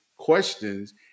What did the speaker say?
questions